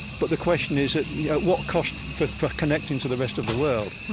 but the question is, at what cost for for connecting to the rest of the world,